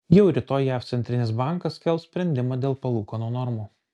jau rytoj jav centrinis bankas skelbs sprendimą dėl palūkanų normų